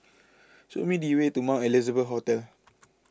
show me the way to Mount Elizabeth Hospital